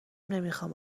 نمیخام